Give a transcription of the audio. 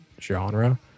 genre